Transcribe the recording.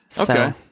Okay